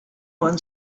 one